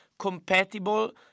compatible